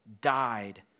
died